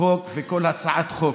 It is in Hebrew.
חוק ובכל הצעת חוק.